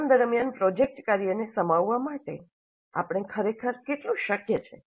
programme દરમ્યાન project કાર્યને સમાવવા માટે આ ખરેખર કેટલું શક્ય છે